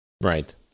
Right